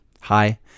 hi